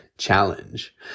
Challenge